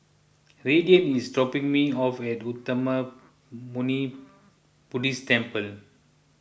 Raiden is dropping me off at Uttamayanmuni Buddhist Temple